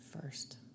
first